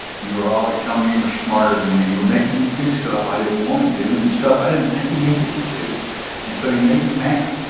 you are always telling me you were smarter than me. you were making me do stuff i didn't wanna do and stuff i didn't think we needed to do and so you made me mad.